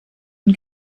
und